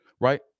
right